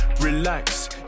relax